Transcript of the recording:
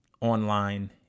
online